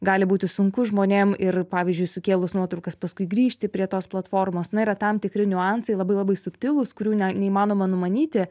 gali būti sunku žmonėm ir pavyzdžiui sukėlus nuotraukas paskui grįžti prie tos platformos na yra tam tikri niuansai labai labai subtilūs kurių na neįmanoma numanyti